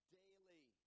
daily